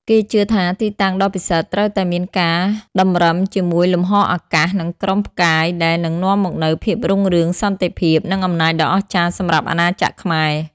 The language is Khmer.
គេជឿថាទីតាំងដ៏ពិសិដ្ឋត្រូវតែមានការតម្រឹមជាមួយលំហអាកាស និងក្រុមផ្កាយដែលនឹងនាំមកនូវភាពរុងរឿង សន្តិភាព និងអំណាចដ៏អស្ចារ្យសម្រាប់អាណាចក្រខ្មែរ។